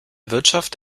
wirtschaft